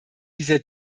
dieser